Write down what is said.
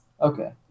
Okay